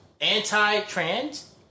Anti-trans